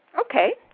Okay